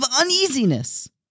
uneasiness